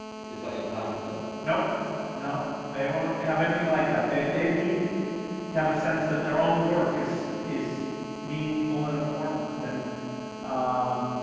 is that your plan for them? bg nope. no. they won't have anything like that. they they need to have a sense that their own work is is meaningful and important. and um